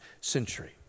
century